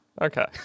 Okay